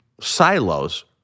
silos